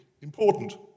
important